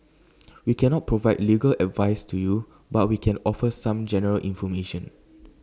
we cannot provide legal advice to you but we can offer some general information